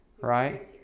right